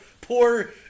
poor